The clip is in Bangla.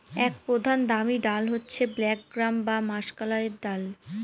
এক প্রধান দামি ডাল হচ্ছে ব্ল্যাক গ্রাম বা মাষকলাইর দল